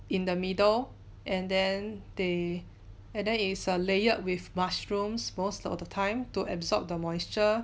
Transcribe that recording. in the middle and then they and then it is err layered with mushrooms most of the time to absorb the moisture